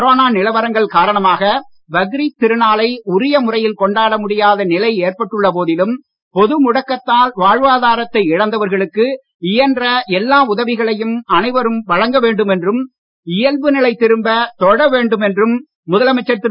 corona நிலவரங்கள் காரணமாக பக்ரீத் திருநாளை உரிய முறையில் கொண்டாட முடியாத நிலை ஏற்பட்டுள்ள போதிலும் பொது முடக்கத்தால் வாழ்வாதாரத்தை இழந்தவர்களுக்கு இயன்ற எல்லா உதவிகளையும் அனைவரும் வழங்க வேண்டும் என்றும் இயல்பு நிலை திரும்பத் தொழ வேண்டும் என்றும் முதலமைச்சர் திரு